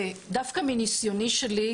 ודווקא מניסיוני שלי,